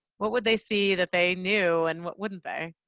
what would they see that they knew and what wouldn't they?